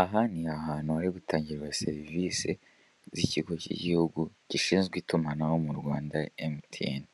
Aha ni ahantu hari gutangirwa serivise z'ikigo cy'igihugu gishinzwe itumanaho mu Rwanda emutiyeni.